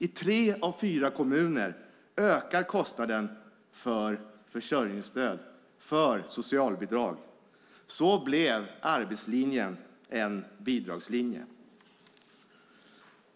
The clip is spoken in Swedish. I tre av fyra kommuner ökar kostnaden för försörjningsstöd, för socialbidrag. Så blev arbetslinjen en bidragslinje.